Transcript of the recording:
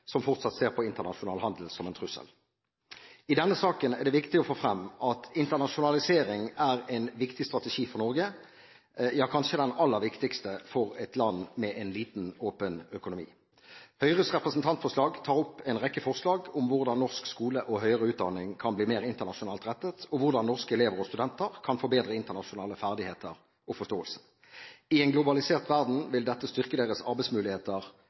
som fortsatt ser på internasjonal handel som en trussel. I denne saken er det viktig å få frem at internasjonalisering er en viktig strategi for Norge – ja, kanskje den aller viktigste for et land med en liten, åpen økonomi. Høyres representantforslag tar opp en rekke forslag om hvordan norsk skole og høyere utdanning kan bli mer internasjonalt rettet, og hvordan norske elever og studenter kan få bedre internasjonale ferdigheter og forståelse. I en globalisert verden vil dette styrke deres arbeidsmuligheter